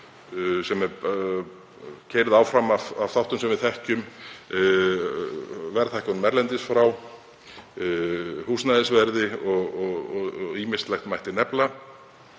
sem er keyrð áfram af þáttum sem við þekkjum, verðhækkunum erlendis frá, húsnæðisverði og ýmislegt mætti nefna.